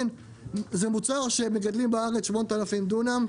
זה מוצר שגידלו בארץ על 8,000 דונם,